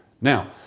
Now